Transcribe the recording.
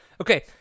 okay